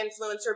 influencer